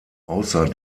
außer